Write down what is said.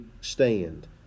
stand